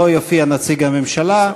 לא יופיע נציג הממשלה,